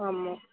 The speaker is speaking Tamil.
ஆமாம்